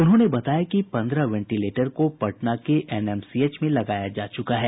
उन्होंने बताया कि पंद्रह वेंटिलेटर को पटना के एनएमसीएच में लगाया जा चुका है